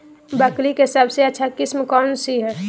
बकरी के सबसे अच्छा किस्म कौन सी है?